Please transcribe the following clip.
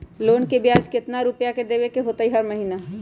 Loan के ब्याज कितना रुपैया देबे के होतइ हर महिना?